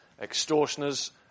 extortioners